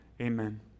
Amen